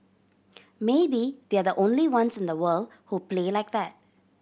maybe they're the only ones in the world who play like that